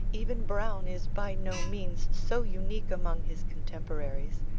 even browne is by no means so unique among his contemporaries,